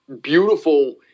beautiful